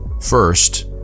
First